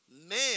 man